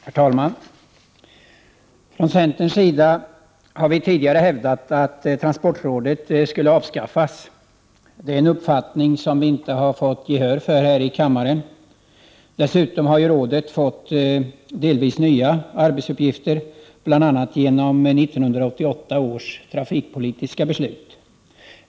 Herr talman! Från centerns sida har vi tidigare hävdat att transportrådet bör avskaffas. Denna uppfattning har inte fått gehör i riksdagen. Dessutom har rådet fått delvis nya arbetsuppgifter, bl.a. till följd av 1988 års trafikpolitiska beslut.